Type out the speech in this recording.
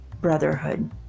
Brotherhood